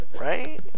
right